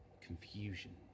confusion